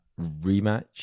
rematch